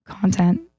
content